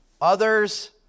others